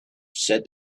said